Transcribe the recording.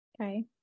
Okay